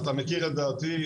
אתה מכיר את דעתי,